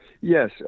Yes